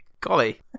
Golly